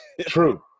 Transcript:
True